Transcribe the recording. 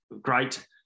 great